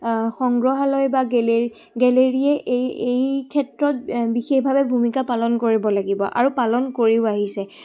সংগ্ৰহালয় বা গেলে গেলেৰিয়ে এই এই ক্ষেত্ৰত বিশেষভাৱে ভূমিকা পালন কৰিব লাগিব আৰু পালন কৰিও আহিছে